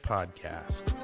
Podcast